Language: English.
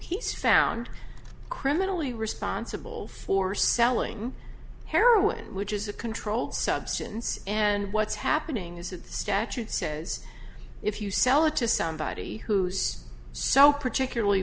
found criminally responsible for selling heroin which is a controlled substance and what's happening is that the statute says if you sell it to somebody who's so particularly